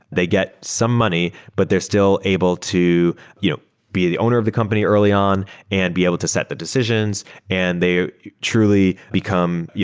they get some money, but they're still able to you know be the owner of the company early on and be able to set the decisions and they truly become yeah